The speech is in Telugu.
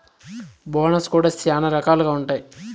బోనస్ కూడా శ్యానా రకాలుగా ఉంటాయి